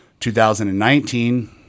2019